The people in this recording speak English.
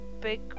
big